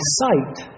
sight